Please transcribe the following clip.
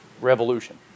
revolution